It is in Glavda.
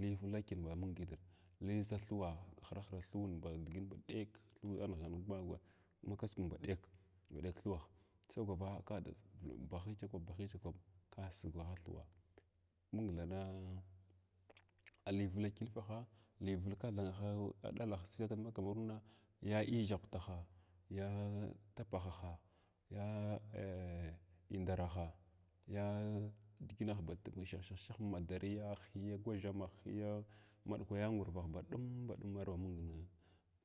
li vla kyaan ba mung nitr. Liza thuwa hra hra thuwan ba diginin ba ɗek thwwnn aniʒhga nighg ma agwa ma kasukun ba ɗek, ba ɗek thumh sagwava ka da bahai tsakwab ba hai tsakwab ka saguha thuwa mun thaa, na if vla kilfaha li vla kathangahs a ɗalah sogal ma kamaruna ya iʒhahwta tapaha ha indavaha yaa diginah. Ba turkwash kwash hiya gwasʒhamah ba ɗun baɗum arba mung ba